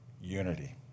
unity